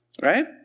right